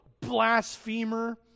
blasphemer